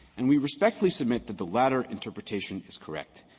and we respectfully submit that the latter interpretation is correct.